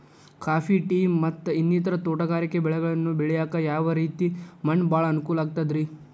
Coffee, tea, ಮತ್ತ ಇನ್ನಿತರ ತೋಟಗಾರಿಕಾ ಬೆಳೆಗಳನ್ನ ಬೆಳೆಯಾಕ ಯಾವ ರೇತಿ ಮಣ್ಣ ಭಾಳ ಅನುಕೂಲ ಆಕ್ತದ್ರಿ?